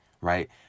right